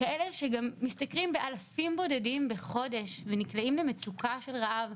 כאלה שמשתכרים אלפים בודדים בחודש ונקלעים למצוקה של רעב.